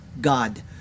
God